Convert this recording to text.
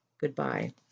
goodbye